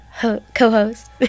co-host